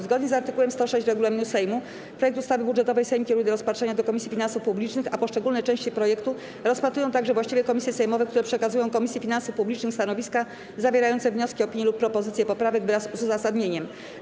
Zgodnie z art. 106 regulaminu Sejmu projekt ustawy budżetowej Sejm kieruje do rozpatrzenia do Komisji Finansów Publicznych, a poszczególne części projektu rozpatrują także właściwe komisje sejmowe, które przekazują Komisji Finansów Publicznych stanowiska zawierające wnioski, opinie lub propozycje poprawek wraz z uzasadnieniem.